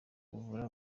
uvura